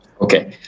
Okay